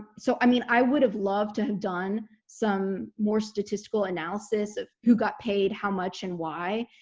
so i mean i would have loved to have done some more statistical analysis of who got paid how much and why?